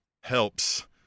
helps